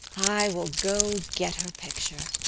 i will go get her picture.